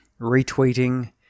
retweeting